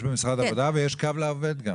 יש את משרד העבודה ויש 'קו לעובד'.